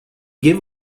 give